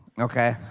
okay